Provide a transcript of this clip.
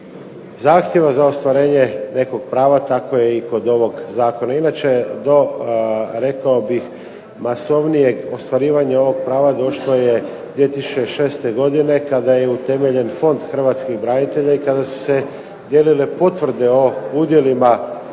zahtjeva za ostvarenje nekog prava kako je i kod ovog zakona. Inače do rekao bih masovnijeg ostvarivanja ovog prava došlo je 2006. godine kada je utemeljen Fond hrvatskih branitelja i kada su se dijelile potvrde o udjelima